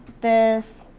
this,